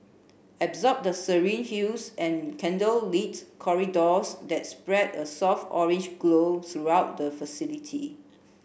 absorb the serene hues and candlelit corridors that spread a soft orange glow throughout the facility